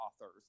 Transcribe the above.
authors